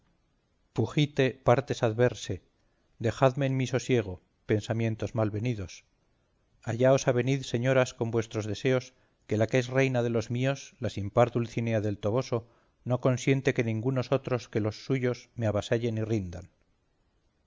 fugite partes adversae dejadme en mi sosiego pensamientos mal venidos allá os avenid señoras con vuestros deseos que la que es reina de los míos la sin par dulcinea del toboso no consiente que ningunos otros que los suyos me avasallen y rindan